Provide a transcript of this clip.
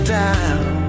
down